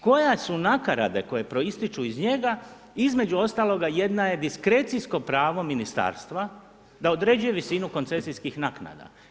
Koje su nakaradne koje proističu iz njega između ostaloga jedna je diskrecijsko pravo ministarstva da određuje visinu koncesijskih naknada.